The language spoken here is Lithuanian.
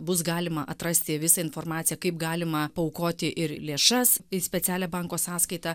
bus galima atrasti visą informaciją kaip galima paaukoti ir lėšas į specialią banko sąskaitą